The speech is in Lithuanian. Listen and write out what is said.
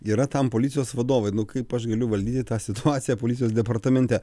yra tam policijos vadovai nu kaip aš galiu valdyti tą situaciją policijos departamente